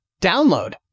download